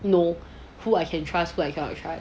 know who I can trust who I cannot trush